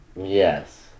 Yes